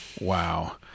wow